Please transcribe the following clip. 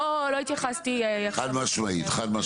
חד משמעית, חד משמעית.